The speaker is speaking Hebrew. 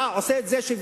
אתה עושה את זה שוויוני,